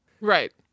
right